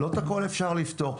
לא את הכול אפשר לפתור,